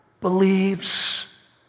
believes